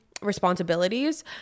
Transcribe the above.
responsibilities